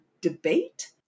debate